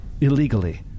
illegally